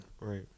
Right